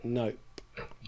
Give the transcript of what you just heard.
nope